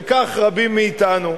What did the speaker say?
וכך רבים מאתנו.